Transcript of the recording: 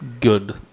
good